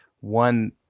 one